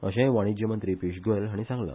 अशें वाणिज्य मंत्री पियुष गोयल हाणी सांगला